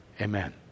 Amen